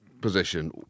position